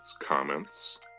comments